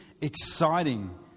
exciting